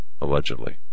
allegedly